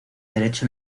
derecho